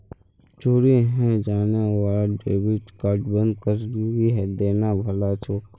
चोरी हाएं जाने वाला डेबिट कार्डक बंद करिहें देना भला छोक